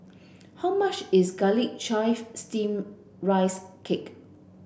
how much is garlic chive steam rice cake